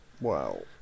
Wow